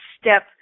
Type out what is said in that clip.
step